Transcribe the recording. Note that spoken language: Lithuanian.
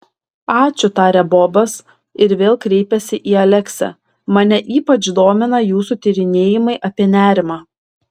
ačiū tarė bobas ir vėl kreipėsi į aleksę mane ypač domina jūsų tyrinėjimai apie nerimą